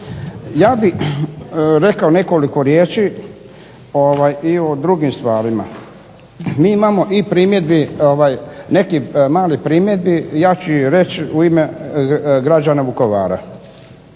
Ja bih rekao nekoliko riječi i o drugim stvarima. Mi imamo i primjedbi, nekih malih primjedbi. Ja ću ih reći u ime građana Vukovara.